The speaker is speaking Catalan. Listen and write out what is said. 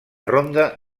ronda